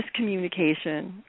miscommunication